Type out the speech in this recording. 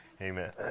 Amen